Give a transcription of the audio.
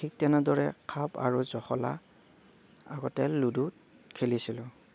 ঠিক তেনেদৰে সাপ আৰু জখলা আগতে লুডুত খেলিছিলোঁ